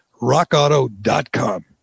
rockauto.com